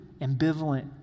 ambivalent